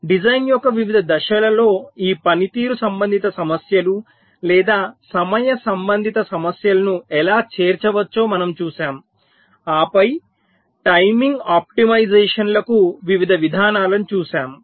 design యొక్క వివిధ దశలలో ఈ పనితీరు సంబంధిత సమస్యలు లేదా సమయ సంబంధిత సమస్యలను ఎలా చేర్చవచ్చో మనము చూశాము ఆపై టైమింగ్ ఆప్టిమైజేషన్లకు వివిధ విధానాలను చూశాము